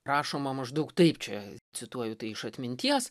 rašoma maždaug taip čia cituoju tai iš atminties